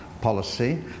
policy